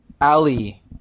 Ali